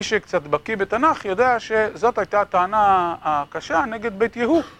מי שקצת בקיא בתנ״ך יודע שזאת הייתה הטענה הקשה נגד בית יהוא.